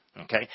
Okay